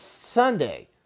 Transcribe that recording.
sunday